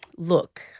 Look